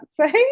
say